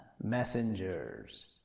messengers